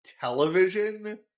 television